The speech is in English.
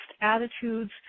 attitudes